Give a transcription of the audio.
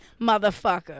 motherfucker